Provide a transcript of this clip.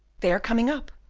they are coming up!